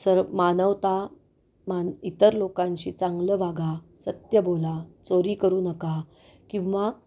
sir मानवता मान इतर लोकांशी चांगलं वागा सत्य बोला चोरी करू नका किंवा